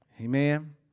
Amen